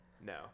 No